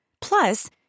Plus